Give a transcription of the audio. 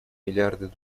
миллиарды